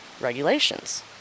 regulations